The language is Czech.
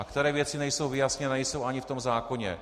A které věci nejsou vyjasněné a nejsou ani v tom zákoně.